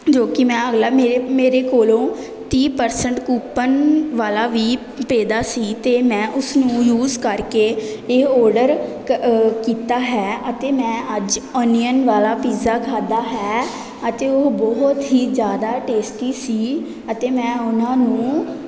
ਜੋ ਕਿ ਮੈਂ ਅਗਲਾ ਮੇਰੇ ਮੇਰੇ ਕੋਲ ਤੀਹ ਪ੍ਰਸੈਂਟ ਕੂਪਨ ਵਾਲਾ ਵੀ ਪਏ ਦਾ ਸੀ ਅਤੇ ਮੈਂ ਉਸਨੂੰ ਯੂਜ ਕਰਕੇ ਇਹ ਔਰਡਰ ਕੀਤਾ ਹੈ ਅਤੇ ਮੈਂ ਅੱਜ ਓਨੀਅਨ ਵਾਲਾ ਪੀਜ਼ਾ ਖਾਧਾ ਹੈ ਅਤੇ ਉਹ ਬਹੁਤ ਹੀ ਜ਼ਿਆਦਾ ਟੇਸਟੀ ਸੀ ਅਤੇ ਮੈਂ ਉਹਨਾਂ ਨੂੰ